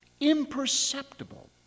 imperceptible